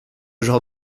genre